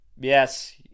yes